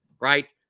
Right